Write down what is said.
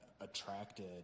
attracted